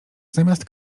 zamiast